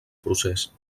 procés